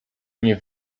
nie